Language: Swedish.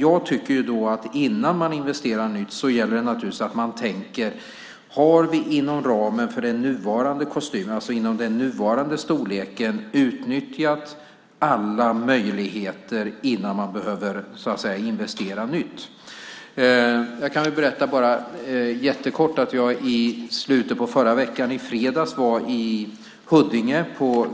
Jag tycker att man ska tänka efter om man inom ramen för den nuvarande kostymen, inom den nuvarande storleken, utnyttjat alla möjligheter innan man investerar nytt. Jag kan kort berätta att jag i slutet av förra veckan, i fredags, besökte